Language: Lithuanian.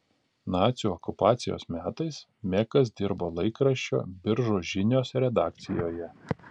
nacių okupacijos metais mekas dirbo laikraščio biržų žinios redakcijoje